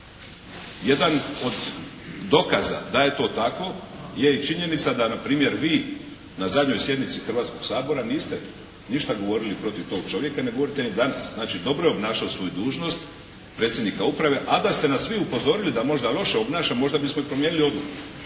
Jedan od dokaza da je to tako je i činjenica da npr. vi na zadnjoj sjednici Hrvatskoga sabora niste ništa govorili protiv tog čovjeka, ne govorite ni danas, znači dobro je obnašao svoju dužnost predsjednika uprave, a da nas vi upozorili da možda loše obnaša možda bismo i promijenili odluku.